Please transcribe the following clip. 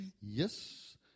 Yes